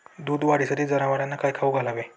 दूध वाढीसाठी जनावरांना काय खाऊ घालावे?